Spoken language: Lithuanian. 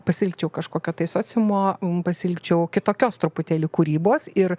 pasiilgčiau kažkokio tai sociumo pasiilgčiau kitokios truputėlį kūrybos ir